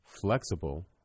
Flexible